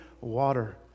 water